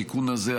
התיקון הזה,